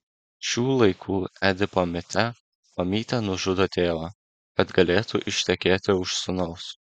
šių laikų edipo mite mamytė nužudo tėvą kad galėtų ištekėti už sūnaus